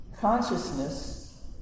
consciousness